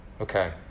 Okay